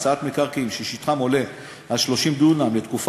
הקצאת מקרקעין ששטחם עולה על 30 דונם לתקופה